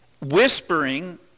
Whispering